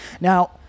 Now